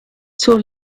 zur